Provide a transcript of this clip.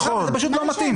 וזה פשוט לא מתאים.